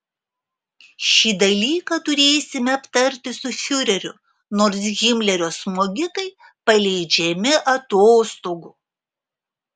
šį dalyką turėsite aptarti su fiureriu nors himlerio smogikai paleidžiami atostogų